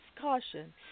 caution